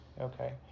okay